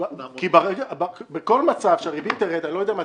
כי בכל מצב כשהריבית תרד אני לא יודע מתי,